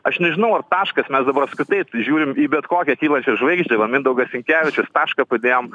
aš nežinau ar taškas mes dabar apskritai žiūrim į bet kokią kylančią žvaigždę va mindaugas sinkevičius tašką padėjom